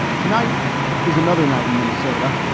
tonight is another night in minnesota.